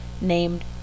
Named